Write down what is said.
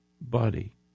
body